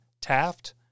Taft